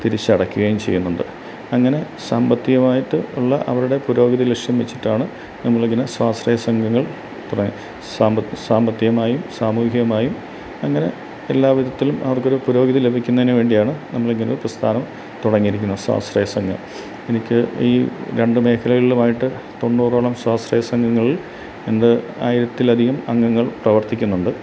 തിരിച്ചടക്കുകയും ചെയ്യുന്നുണ്ട് അങ്ങനെ സാമ്പത്തികമായിട്ട് ഉള്ള അവരുടെ പുരോഗതി ലക്ഷ്യം വെച്ചിട്ടാണ് നമ്മളിതിനെ സ്വാശ്രയ സംഘങ്ങൾ ഇത്ര സാമ്പ് സാമ്പത്തികമായും സാമൂഹികമായും അങ്ങനെ എല്ലാ വിധത്തിലും അവര്ക്കൊരു പുരോഗതി ലഭിക്കുന്നതിനു വേണ്ടിയാണ് നമ്മളിങ്ങനൊരു പ്രസ്ഥാനം തുടങ്ങിയിരിക്കുന്നത് സ്വാശ്രയ സംഘം എനിക്ക് ഈ രണ്ടു മേഖലകളിലുമായിട്ടു തൊണ്ണൂറോളം സ്വാശ്രയ സംഘങ്ങള് ഇന്ന് ആയിരത്തിലധികം അംഗങ്ങള് പ്രവര്ത്തിക്കുന്നുണ്ട്